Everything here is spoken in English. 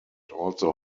also